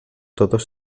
todos